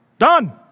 done